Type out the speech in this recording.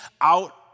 out